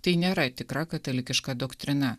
tai nėra tikra katalikiška doktrina